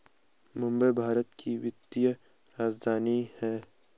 मुंबई भारत की वित्तीय राजधानी है